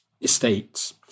estates